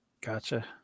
gotcha